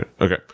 Okay